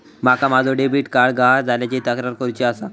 माका माझो debit card गहाळ झाल्याची तक्रार करुची आसा